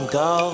go